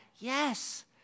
Yes